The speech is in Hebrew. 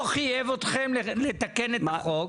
חייב אתכם לתקן את החוק.